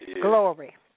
Glory